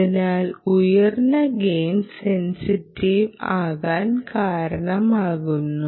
അതിനാൽ ഉയർന്ന ഗെയിൻസെൻസിറ്റീവ് ആകാൻ കാരണമാകുന്നു